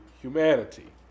humanity